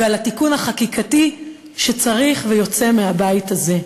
ועל התיקון החקיקתי שצריך ויוצא מהבית הזה.